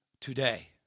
today